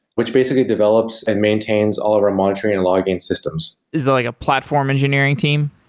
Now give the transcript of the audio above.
which basically develops and maintains all of our monitoring and login systems. is there like a platform engineering team?